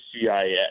CIA